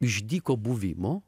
iš dyko buvimo